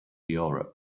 europe